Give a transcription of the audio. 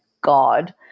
God